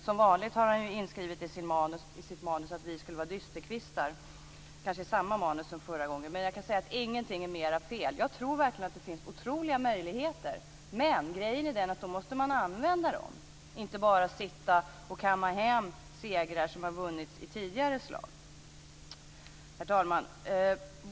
Som vanligt har han inskrivet i sitt manus att vi skulle vara dysterkvistar. Det kanske är samma manus som förra gången. Jag kan dock säga att ingenting är mer fel. Jag tror verkligen att det finns otroliga möjligheter, men grejen är att då måste man använda dem, inte bara sitta och kamma hem segrar som vunnits i tidigare slag. Herr talman!